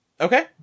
Okay